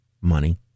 money